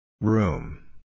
Room